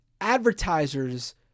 advertisers